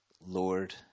Lord